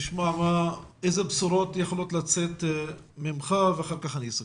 נשמע אילו בשורות יכולות לצאת ממך ואחר כך אני אסכם.